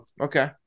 Okay